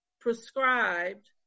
prescribed